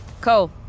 Cole